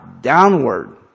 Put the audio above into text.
downward